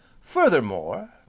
Furthermore